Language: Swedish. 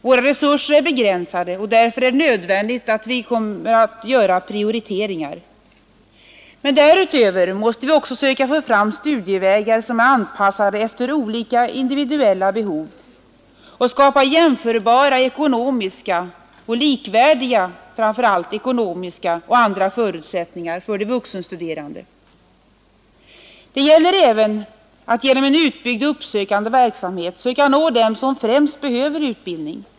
Våra resurser är begränsade, och därför är det nödvändigt att göra prioriteringar. Men därutöver måste vi också söka få fram studievägar som är anpassade efter olika individuella behov och skapa jämförbara — och framför allt likvärdiga — ekonomiska och andra förutsättningar för de vuxenstuderande. Det gäller även att genom en utbyggd uppsökande verksamhet söka nå dem som främst behöver utbildning.